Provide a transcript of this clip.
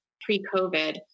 pre-COVID